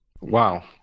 Wow